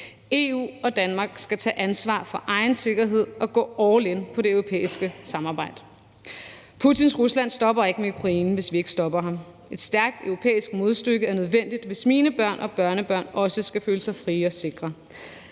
EU og Danmark skal tage ansvar for egen sikkerhed og gå all in på det europæiske samarbejde. Putins Rusland stopper ikke med Ukraine, hvis vi ikke stopper ham. Et stærkt europæisk modstykke er nødvendigt, hvis mine børn og børnebørn også skal føle sig frie og sikre.